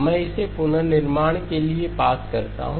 मैं इसे पुनर्निर्माण के लिए पास करता हूं